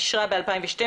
אישרה ב-2012,